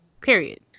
Period